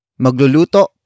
Magluluto